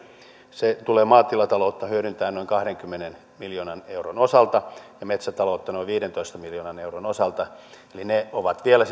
tulee maatilataloutta hyödyttämään noin kahdenkymmenen miljoonan euron osalta ja metsätaloutta noin viidentoista miljoonan euron osalta eli ne ovat vielä